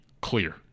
clear